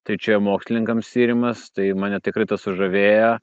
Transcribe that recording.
tai čia mokslininkams tyrimas tai mane tikrai tas sužavėję